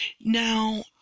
Now